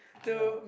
ya